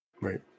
right